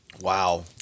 wow